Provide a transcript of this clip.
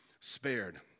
spared